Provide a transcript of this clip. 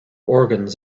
organs